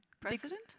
President